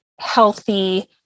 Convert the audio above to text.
healthy